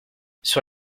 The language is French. sur